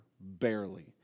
barely